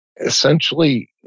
essentially